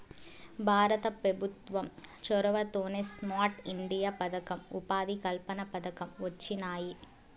భారత పెభుత్వం చొరవతోనే స్మార్ట్ ఇండియా పదకం, ఉపాధి కల్పన పథకం వొచ్చినాయి